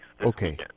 Okay